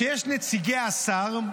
שיש נציגי שר,